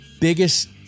biggest